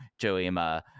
Joima